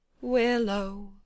willow